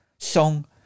song